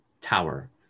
tower